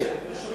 נא